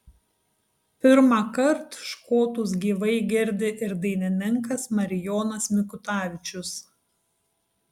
pirmąkart škotus gyvai girdi ir dainininkas marijonas mikutavičius